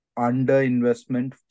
under-investment